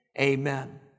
Amen